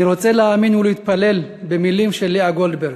אני רוצה להאמין ולהתפלל במילים של לאה גולדברג,